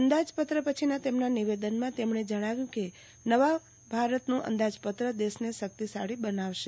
અંદાજપત્ર પછીના તેમના નિવેદનમાં તેમણે કહ્યું કે નવા ભારતનું અંદાજપત્ર દેશને શક્તિશાળી બનાવશે